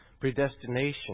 predestination